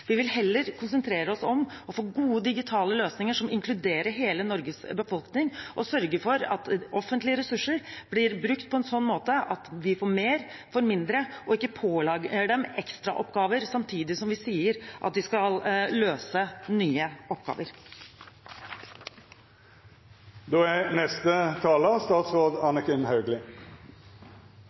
Vi vil heller konsentrere oss om å få gode digitale løsninger som inkluderer hele Norges befolkning, og sørge for at offentlige ressurser blir brukt på en sånn måte at vi får mer for mindre, og ikke pålegger dem ekstraoppgaver samtidig som vi sier at de skal løse nye oppgaver. Det er